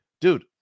dude